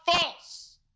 false